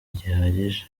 gihagije